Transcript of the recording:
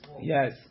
Yes